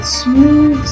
smooth